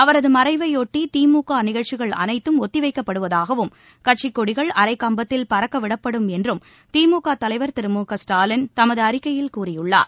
அவரது மறைவையொட்டி திமுக நிகழ்ச்சிகள் அளைத்தும் ஒத்தி வைக்கப்படுவதாகவும் கட்சி கொடிகள் அரைக் கம்பத்தில் பறக்க விடப்படும் என்றும் திமுக தலைவர் திரு மு க ஸ்டாலின் தமது அறிக்கையில் கூறியுள்ளார்